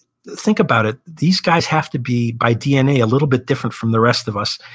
think about it. these guys have to be, by dna, a little bit different from the rest of us,